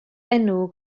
enw